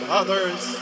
others